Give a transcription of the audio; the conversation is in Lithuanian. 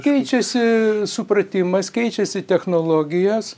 keičiasi supratimas keičiasi technologijos